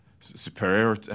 superior